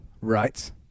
Right